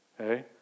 Okay